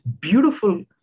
beautiful